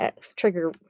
trigger